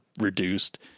reduced